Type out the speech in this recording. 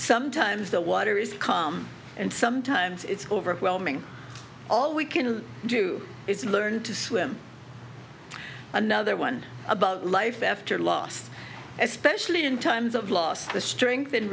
sometimes the water is calm and sometimes it's overwhelming all we can do is learn to swim another one about life after last especially in times of loss the strength